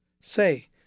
Say